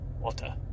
Water